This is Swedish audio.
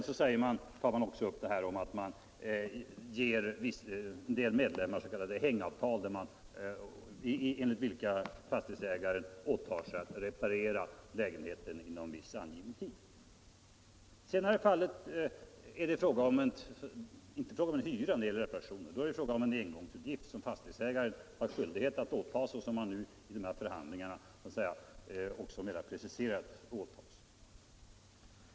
Så tar man också upp detta om att man ger en del medlemmar s.k. hängavtal, enligt vilka fastighetsägaren åtar sig att reparera lägenheten inom viss angiven tid. I det senare fallet är det inte fråga om hyran utan om en engångsutgift som fastighetsägaren har skyldighet att åta sig.